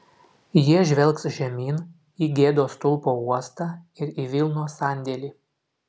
jie žvelgs žemyn į gėdos stulpo uostą ir į vilnos sandėlį